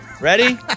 Ready